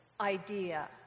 idea